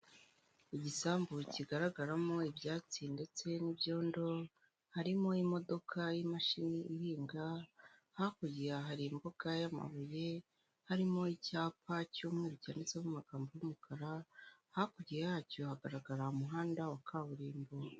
Igisambu kigaragaramo ibyatsi ndetse n'ibyondo harimo imodoka y'imashini ihinga hakurya ya hari imboga y'amabuye harimo icyapa cy'umweru cyanditsemo amagambo y'umukara hakurya yacyo hagarara umuhanda wa kaburimbo.